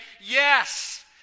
yes